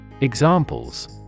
Examples